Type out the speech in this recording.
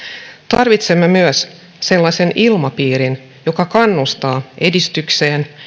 tarvitsemme myös sellaisen ilmapiirin joka kannustaa edistykseen